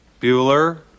Bueller